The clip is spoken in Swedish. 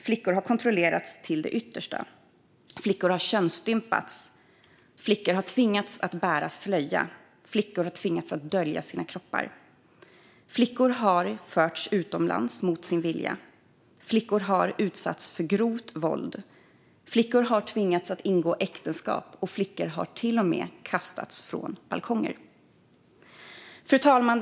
Flickor har kontrollerats till det yttersta. Flickor har könsstympats. Flickor har tvingats att bära slöja. Flickor har tvingats att dölja sina kroppar. Flickor har förts utomlands mot sin vilja. Flickor har utsatts för grovt våld. Flickor har tvingats att ingå äktenskap. Flickor har till och med kastats från balkonger. Fru talman!